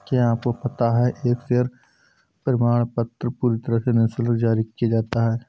क्या आपको पता है एक शेयर प्रमाणपत्र पूरी तरह से निशुल्क जारी किया जाता है?